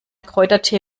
kräutertee